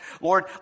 Lord